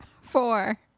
four